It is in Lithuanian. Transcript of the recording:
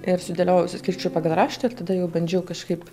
ir sudėliojau suskirsčiau pagal raštą ir tada jau bandžiau kažkaip